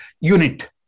unit